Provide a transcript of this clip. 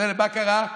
מה קרה?